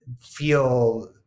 feel